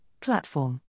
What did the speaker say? platform